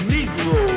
Negro